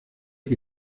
que